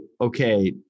okay